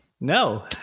No